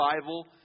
Bible